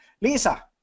Lisa